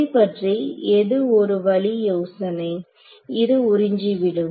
இதைப் பற்றி எது ஒரு வழி யோசனை இது உறிஞ்சி விடும்